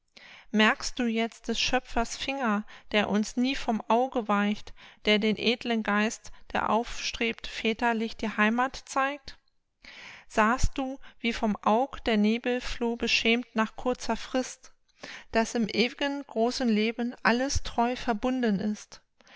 merkst du jetzt des schöpfers finger der uns nie vom auge weicht der den edlen geist der aufstrebt väterlich die heimath zeigt sahst du wie vom aug der nebel floh beschämt nach kurzer frist daß im ew'gen großen leben alles treu verbunden ist